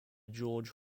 george